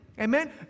Amen